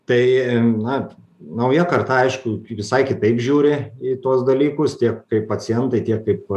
tai na nauja karta aišku visai kitaip žiūri į tuos dalykus tiek kaip pacientai tiek kaip